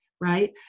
right